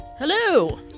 Hello